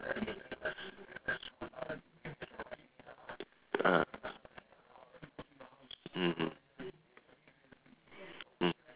ah mmhmm mm